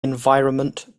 environment